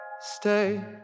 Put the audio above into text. Stay